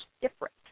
different